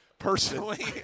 Personally